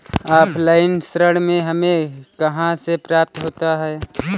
Offline ऋण हमें कहां से प्राप्त होता है?